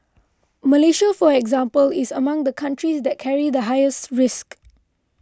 Malaysia for example is among the countries that carry the highest risk